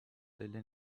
delle